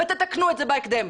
ותתקנו את זה בהקדם,